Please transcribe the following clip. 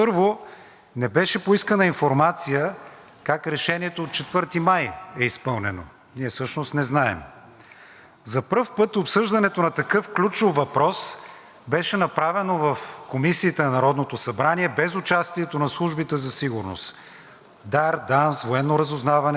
За пръв път обсъждането на такъв ключов въпрос беше направено в комисиите на Народното събрание без участието на службите за сигурност – ДАР, ДАНС, Военно разузнаване, нито пък бяха поискани предварително доклади от тях как това решение би се отразило на нашата сигурност.